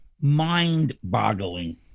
mind-boggling